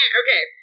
okay